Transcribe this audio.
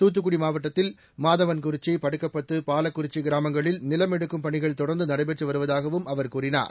தூத்துக்குடி மாவட்டத்தில் மாதவன்குறிச்சி படுக்கப்பத்து பாலக்குறிச்சி கிராமங்களில் நிலம் எடுக்கும் பணிகள் தொடர்ந்து நடைபெற்று வருவதாகவும் அவர் கூறினார்